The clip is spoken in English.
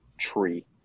tree